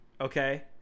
Okay